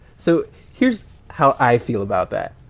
so here's how i feel about that.